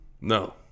No